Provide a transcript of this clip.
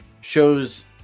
Shows